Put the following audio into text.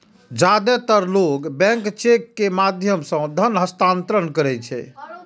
जादेतर लोग bank cheque के माध्यम सं धन हस्तांतरण करै छै